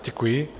Děkuji.